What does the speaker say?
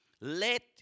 Let